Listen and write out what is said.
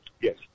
Yes